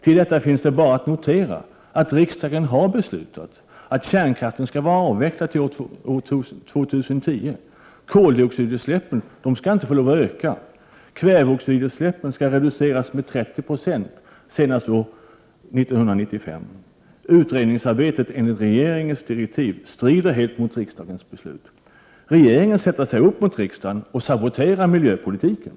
Till detta finns bara att notera att riksdagen har beslutat att kärnkraften skall vara avvecklad till år 2010, koldioxidutsläppen inte får lov att öka, kväveoxidutsläppen skall reduceras med 30 26 senast under år 1995. Utredningsarbetet enligt regeringens direktiv strider helt mot riksdagens beslut. Regeringen sätter sig upp mot riksdagen och saboterar miljöpolitiken.